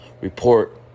report